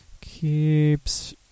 Keeps